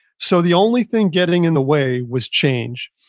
so the only thing getting in the way was change.